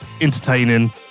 entertaining